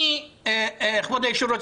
כבוד היושב-ראש,